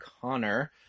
Connor